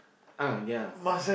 ah yeah